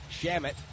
Shamit